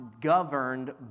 governed